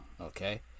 Okay